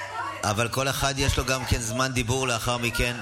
אבל בן גביר יודע יותר טוב מאיתנו.